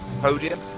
Podium